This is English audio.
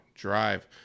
drive